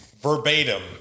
verbatim